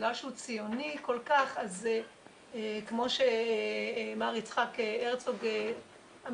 בגלל שהוא ציוני כל כך אז כמו שמר יצחק הרצוג אמר,